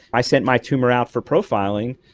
i sent my tumour out for profiling,